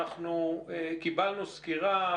קיבלנו סקירה.